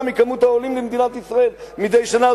מכמות העולים למדינת ישראל מדי שנה,